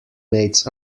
mates